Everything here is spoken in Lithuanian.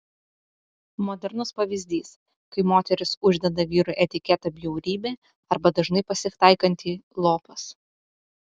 modernus pavyzdys kai moteris uždeda vyrui etiketę bjaurybė arba dažnai pasitaikantį lopas